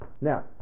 Now